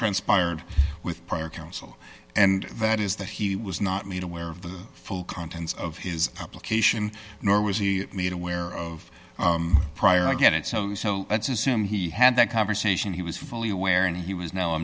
transpired with prior counsel and that is that he was not made aware of the full contents of his publication nor was he made aware of prior i get it so let's assume he had that conversation he was fully aware and he was now a